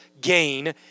gain